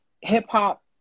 hip-hop